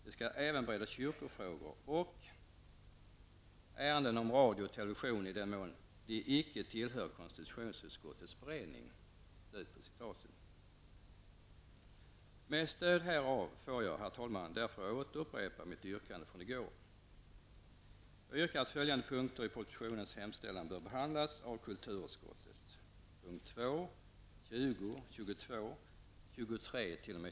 Det skall även bereda kyrkofrågor och ärenden om radio och television i den mån de icke tillhör konstitutionsutskottet beredning.'' Med stöd härav får jag, herr talman, därför återupprepa mitt yrkande från i går.